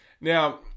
Now